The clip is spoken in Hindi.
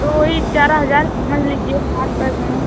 तो वही चार हजार समझ लीजिए हाथ पैर दोनों